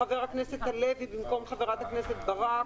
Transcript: חבר הכנסת הלוי במקום חברת הכנסת ברק,